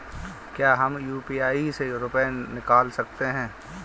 क्या हम यू.पी.आई से रुपये निकाल सकते हैं?